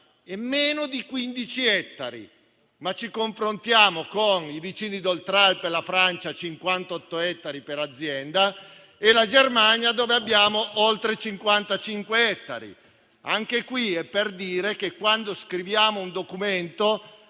è meno di 15 ettari; ma ci confrontiamo con i vicini d'Oltralpe (la Francia), con 58 ettari per azienda, e con la Germania, dove ne abbiamo oltre 55. Questo è per dire che, quando scriviamo un documento,